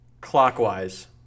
clockwise